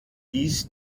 dies